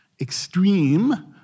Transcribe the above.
extreme